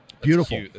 beautiful